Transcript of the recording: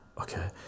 okay